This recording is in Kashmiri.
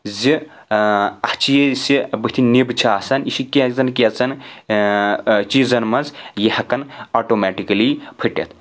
زِ اکھ چیٖز چھِ بٕتھِ نِب چھِ آسان یہِ چھِ کینٛژن کیژن چیٖزن منٛز یہِ ہؠکان آٹومیٹِکلی پھٔٹِتھ